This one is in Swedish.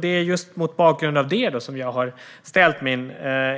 Det är just mot bakgrund av detta som jag har ställt min